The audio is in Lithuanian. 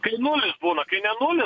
kai nulis būna kai ne nulis